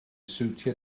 siwtio